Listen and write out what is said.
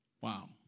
Wow